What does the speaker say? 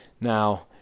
Now